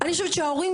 אני חושבת שההורים,